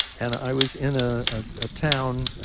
and i was in a ah town